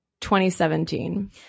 2017